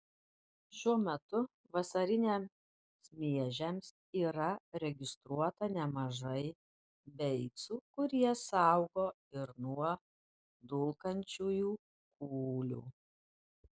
šiuo metu vasariniams miežiams yra registruota nemažai beicų kurie saugo ir nuo dulkančiųjų kūlių